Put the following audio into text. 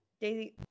daisy